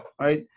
right